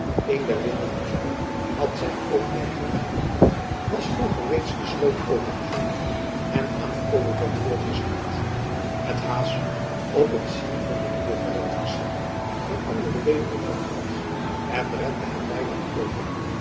een der winden echter had zijn oogmerk geraden was vroeger reeds de sloot overgezwommen en aan den overkant voortgesneld het haas op het zien van dien nieuwen vyand verschrikt veranderde wederom van koers en rende het weiveld over